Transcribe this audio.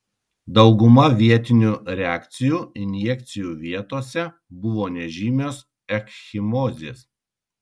dauguma vietinių reakcijų injekcijų vietose buvo nežymios ekchimozės